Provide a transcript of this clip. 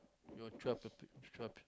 you all twelve pe~ twelve